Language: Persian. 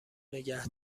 نگه